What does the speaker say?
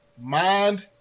Mind